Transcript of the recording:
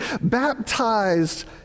baptized